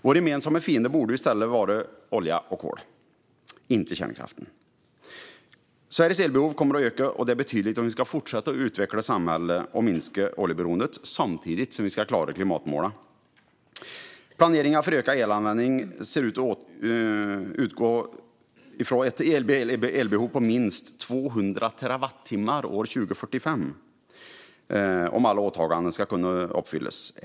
Vår gemensamma fiende borde i stället vara olja och kol, inte kärnkraft. Sveriges elbehov kommer att öka, och det betyder att vi ska utveckla samhället och minska oljeberoendet samtidigt som vi ska klara klimatmålen. Planeringen för ökad elanvändning ser ut att utgå från ett elbehov på minst 200 terawattimmar år 2045 om alla åtaganden ska kunna uppfyllas.